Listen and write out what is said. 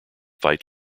fight